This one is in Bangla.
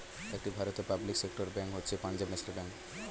একটি ভারতীয় পাবলিক সেক্টর ব্যাঙ্ক হচ্ছে পাঞ্জাব ন্যাশনাল ব্যাঙ্ক